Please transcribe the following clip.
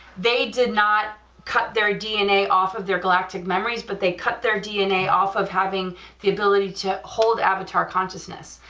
they did not cut their dna off of their galactic memories but they cut their dna off of having the ability to hold avatar consciousness,